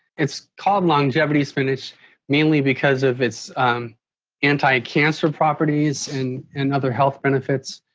it's called longevity spinach mainly because of its anti-cancer properties and and other health benefits.